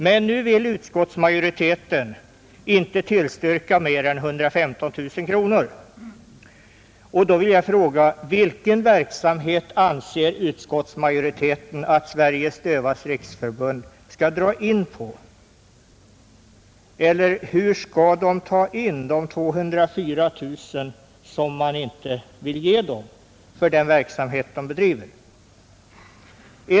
Men nu vill inte utskottsmajoriteten tillstyrka mer än 115 000 kronor och då vill jag fråga: Vilken verksamhet anser utskottsmajoriteten att Sveriges dövas riksförbund skall dra in på, eller alternativt, hur skall förbundet ta in de 204 000 kronor som utskottsmajoriteten inte vill anslå för den verksamhet förbundet bedriver?